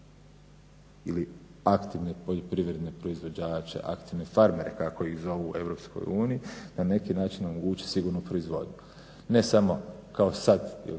ili aktivne poljoprivredne proizvođače, aktivne farmere kako ih zovu u Europskoj uniji na neki način omogućit sigurnu proizvodnju. Ne samo kao sad, imali